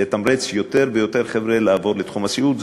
לתמרץ יותר ויותר חבר'ה לעבור לתחום הסיעוד,